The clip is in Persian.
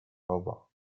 بابا